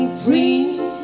free